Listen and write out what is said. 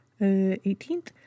18th